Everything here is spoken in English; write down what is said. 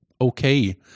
okay